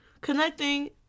connecting